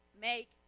make